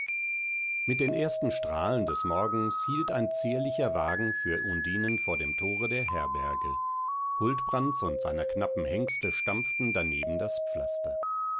mit den ersten strahlen des morgens hielt ein zierlicher wagen für undinen vor dem tore der herberge huldbrands und seiner knappen hengste stampften daneben das pflaster